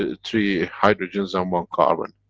ah three hydrogen's and one carbon.